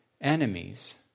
enemies